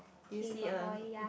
okay got boy ya